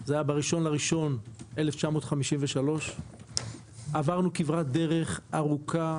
זה היה ב-1 בינואר 1953. עברנו כברת דרך ארוכה,